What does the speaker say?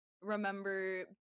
remember